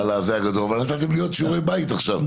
אבל נתתם לי עוד שיעורי בית עכשיו,